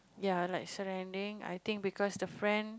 ya like surrendering I think because I think the friend